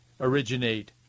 originate